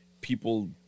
people